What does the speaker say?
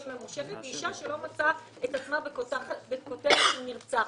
ממושכת היא אישה שלא מצאה את עצמה תחת הכותרת "נרצחת".